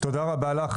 תודה רבה לך.